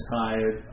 tired